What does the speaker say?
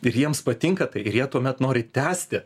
ir jiems patinka tai ir jie tuomet nori tęsti